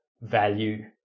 value